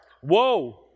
whoa